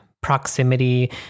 proximity